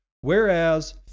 Whereas